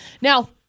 Now